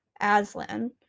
aslan